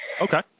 Okay